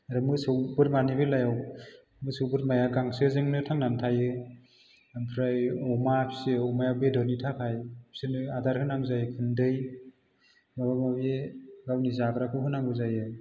मोसौ बोरमानि बेलायाव मोसौ बोरमाया गांसोजोंनो थांनानै थायो ओमफ्राइ अमा फिसियो अमाया बेदरनि थाखाय बेसोरनो आदार होनांगौ जायो गुन्दै माबा माबि गावनि जाग्राखौ होनांगौ जायो